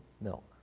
milk